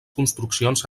construccions